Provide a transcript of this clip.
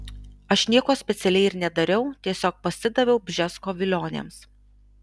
aš nieko specialiai ir nedariau tiesiog pasidaviau bžesko vilionėms